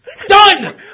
Done